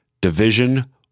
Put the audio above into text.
division